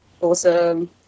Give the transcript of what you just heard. awesome